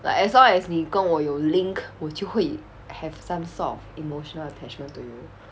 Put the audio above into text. like as long as 你跟我有 link 我就会 have some sort of emotional attachment to you